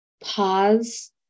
pause